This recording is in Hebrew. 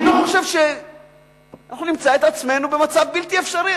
אני לא חושב אנחנו נמצא את עצמנו במצב בלתי אפשרי.